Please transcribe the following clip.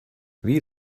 wie